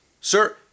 Sir